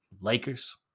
Lakers